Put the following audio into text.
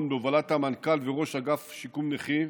בהובלת המנכ"ל וראש אגף שיקום נכים,